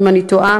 אם אני טועה.